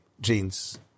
genes